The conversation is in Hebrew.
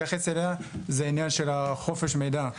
להתייחס אליה זה עניין של חופש המידע.